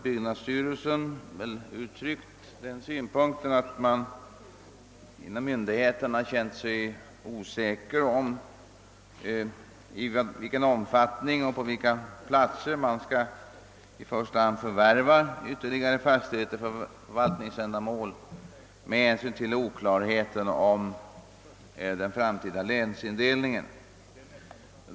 Byggnadsstyrelsen har dock framhållit att man inom myndigheten har känt sig osäker om i vilken utsträckning och på vilka platser man i första hand skall förvärva ytterligare fastigheter för förvaltningsändamål, detta med hänsyn till oklarheten om den framtida länsindelningen.